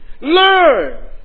Learn